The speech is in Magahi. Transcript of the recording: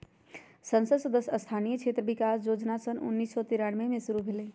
संसद सदस्य स्थानीय क्षेत्र विकास जोजना सन उन्नीस सौ तिरानमें में शुरु भेलई